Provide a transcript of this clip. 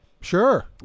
Sure